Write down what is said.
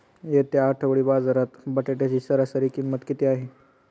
येत्या आठवडी बाजारात बटाट्याची सरासरी किंमत किती आहे?